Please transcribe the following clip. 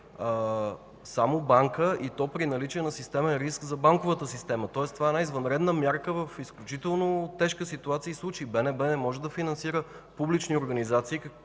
само банка, и то при наличие на системен риск за банковата система, тоест това е извънредна мярка в изключително тежка ситуация и случай. БНБ не може да финансира публични организации,